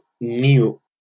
new